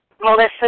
Melissa